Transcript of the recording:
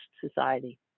society